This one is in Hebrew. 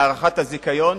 להארכת הזיכיון.